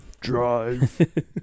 drive